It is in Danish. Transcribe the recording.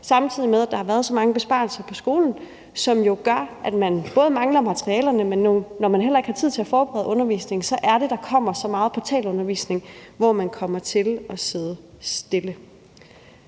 Samtidig har der været så mange besparelser på skolerne, som jo gør, at man både mangler materialerne, og når man heller ikke har tid til at forberede undervisningen, er det, at der kommer så meget portalundervisning, hvor man kommer til at sidde stille.